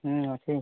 ହୁଁ ଅଛି